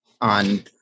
on